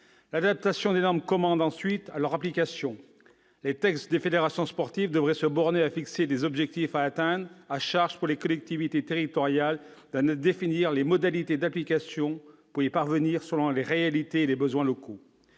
L'adaptation des normes commande ensuite à leur application. Les textes des fédérations sportives devraient se borner à fixer des objectifs à atteindre, à charge pour les collectivités territoriales d'en définir les modalités d'application pour y parvenir selon les réalités et les besoins locaux.